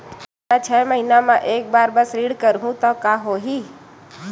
मैं छै महीना म एक बार बस ऋण करहु त का होही?